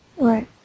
Right